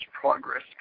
progress